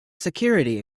security